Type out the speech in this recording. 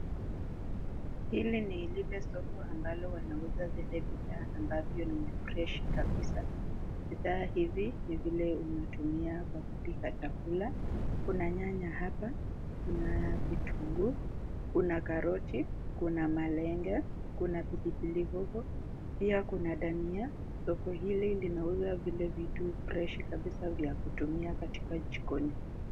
Hili ni lile soko ambalo wanauza zile bidhaa ambavyo ni freshi kabisa. Bidhaa hivi ni vile unatumia kwa kupika chakula kuna nyanya hapa, kuna vitunguu, kuna karoti, kuna malenge, kuna pilipili hoho pia kuuna dania . Soko hili linauza zile vitu freshi kabisa za kutumia jikoni.